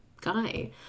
guy